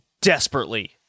desperately